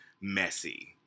messy